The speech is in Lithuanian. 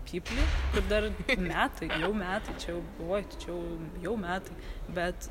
pyplį ir dar metai jau metai čia jau oi tai čia jau jau metai bet